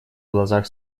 глазах